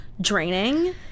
draining